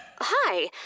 Hi